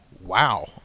Wow